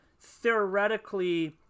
theoretically